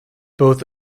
both